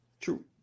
True